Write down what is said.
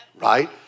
right